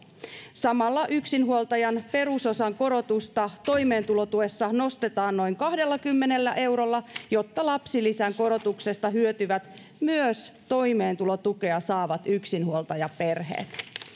samalla yksinhuoltajan perusosan korotusta toimeentulotuessa nostetaan noin kahdellakymmenellä eurolla jotta lapsilisän korotuksesta hyötyvät myös toimeentulotukea saavat yksinhuoltajaperheet